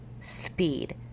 speed